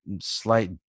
slight